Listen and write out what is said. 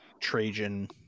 Trajan